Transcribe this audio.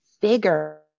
bigger